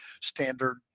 standard